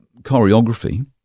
choreography